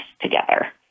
together